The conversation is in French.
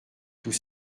tout